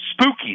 spooky